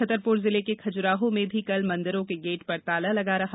छतरपुर जिले के खजुराहों में भी कल मंदिरों के गेट पर ताला लगा रहा